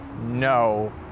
No